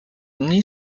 dni